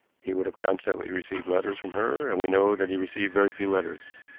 he would have constantly received letters from her, and we know that he received very few letters.